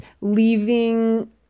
leaving